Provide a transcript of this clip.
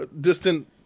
distant